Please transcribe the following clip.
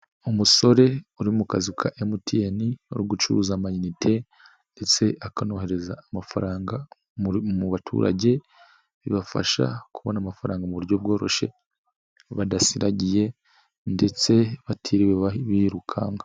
Umusore uri mu kazu ka MTN uri gucuruza amayinite ndetse akanohereza amafaranga mu baturage bibafasha kubona amafaranga mu buryo bworoshye badasiragiye ndetse batiriwe birukanka.